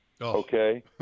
okay